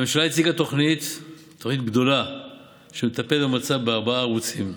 הממשלה הציגה תוכנית גדולה שמטפלת במצב בארבעה ערוצים.